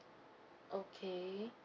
okay